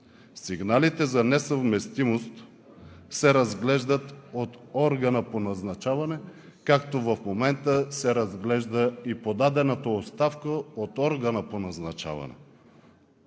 Сигналите за несъвместимост се разглеждат от органа по назначаване, както в момента се разглежда и подадената оставка от органа по назначаване.